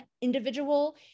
individual